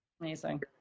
amazing